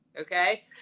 okay